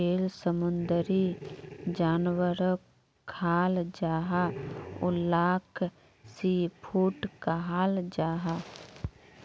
जेल समुंदरी जानवरोक खाल जाहा उलाक सी फ़ूड कहाल जाहा